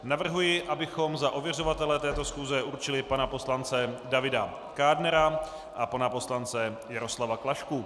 Navrhuji, abychom za ověřovatele této schůze určili pana poslance Davida Kádnera a pana poslance Jaroslava Klašku.